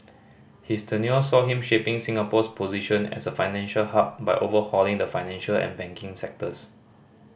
his tenure saw him shaping Singapore's position as a financial hub by overhauling the financial and banking sectors